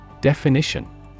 Definition